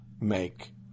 make